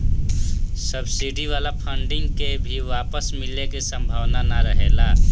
subsidy वाला funding के भी वापस मिले के सम्भावना ना रहेला